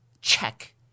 check